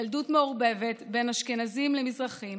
ילדות מעורבבת בין אשכנזים למזרחים,